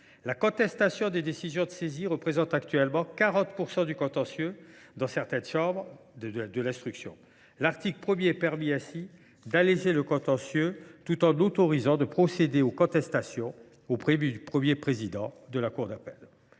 La contestation des décisions de saisie représente actuellement 40 % du contentieux dans certaines chambres de l’instruction. L’article 1 permet ainsi d’alléger le contentieux tout en autorisant les contestations auprès du premier président de la cour d’appel.